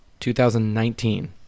2019